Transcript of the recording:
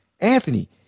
anthony